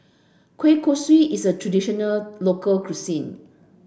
Kueh Kosui is a traditional local cuisine